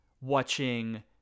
watching